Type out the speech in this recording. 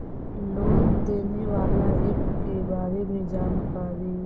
Loan देने बाला app के बारे मे जानकारी?